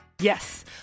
Yes